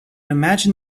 imagine